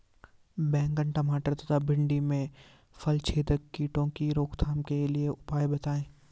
बैंगन टमाटर तथा भिन्डी में फलछेदक कीटों की रोकथाम के उपाय बताइए?